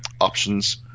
options